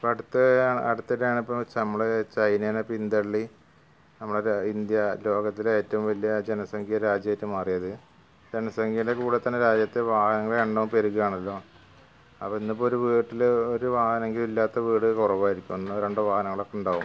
ഇപ്പോൾ അടുത്ത അടുത്തു നമ്മൾ ചൈനേനെ പിന്തള്ളി നമ്മുടെ ഇന്ത്യ ലോകത്തിലെ ഏറ്റവും വലിയ ജനസംഖ്യ രാജ്യമായിട്ട് മാറിയത് ജനസംഖ്യയുടെ കൂടെ തന്നെ രാജ്യത്തു വാഹനങ്ങളുടെ എണ്ണം പെരുകയാണല്ലോ അപ്പം ഇന്നിപ്പം ഒരു വീട്ടിൽ ഒരു വാഹനമെങ്കിലും ഇല്ലാത്ത വീട് കുറവായിരിക്കും ഒന്നോ രണ്ടോ വാഹനമൊക്കെ ഉണ്ടാകും